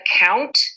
account